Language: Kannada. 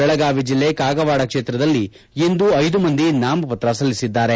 ಬೆಳಗಾವಿ ಜಿಲ್ಲೆ ಕಾಗವಾಡ ಕ್ಷೇತ್ರದಲ್ಲಿ ಇಂದು ಐದು ಮಂದಿ ನಾಮಪತ್ರ ಸಲ್ಲಿಸಿದ್ದಾರೆ